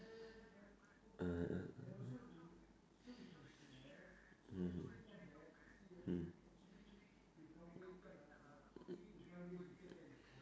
(uh huh) mmhmm mm